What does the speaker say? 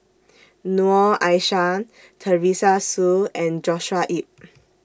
Noor Aishah Teresa Hsu and Joshua Ip